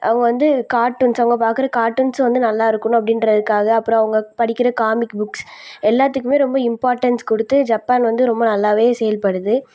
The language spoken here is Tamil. அவங்க வந்து கார்ட்டூன்ஸ் அவங்க பார்க்குற கார்ட்டூன்ஸ் வந்து நல்லா இருக்கணும் அப்படின்றதுக்காக அப்புறம் அவங்க படிக்கிற காமிக் புக்ஸ் எல்லாத்துக்குமே ரொம்ப இம்பார்டண்ஸ் கொடுத்து ஜப்பான் வந்து ரொம்ப நல்லாவே செயல்படுது